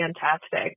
fantastic